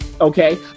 Okay